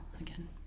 again